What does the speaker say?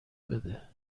بده